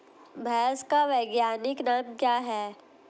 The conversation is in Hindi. भैंस का वैज्ञानिक नाम क्या है?